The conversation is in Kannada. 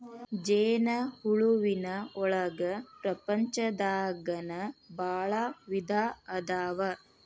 ಜೇನ ಹುಳುವಿನ ಒಳಗ ಪ್ರಪಂಚದಾಗನ ಭಾಳ ವಿಧಾ ಅದಾವ